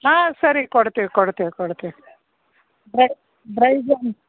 ಹಾಂ ಸರಿ ಕೊಡ್ತೀವಿ ಕೊಡ್ತೀವಿ ಕೊಡ್ತೀವಿ ಡ್ರೈ ಡ್ರೈ ಜಾಮ್